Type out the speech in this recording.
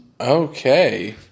Okay